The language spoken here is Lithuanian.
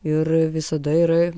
ir visada yra